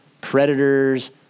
predators